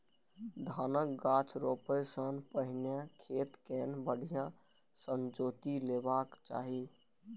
धानक गाछ रोपै सं पहिने खेत कें बढ़िया सं जोति लेबाक चाही